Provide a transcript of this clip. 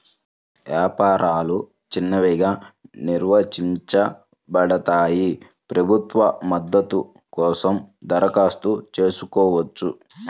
వ్యాపారాలు చిన్నవిగా నిర్వచించబడ్డాయి, ప్రభుత్వ మద్దతు కోసం దరఖాస్తు చేసుకోవచ్చు